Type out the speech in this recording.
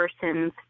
person's